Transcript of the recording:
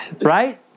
Right